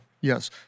Yes